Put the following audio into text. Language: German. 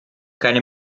keine